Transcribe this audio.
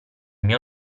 mio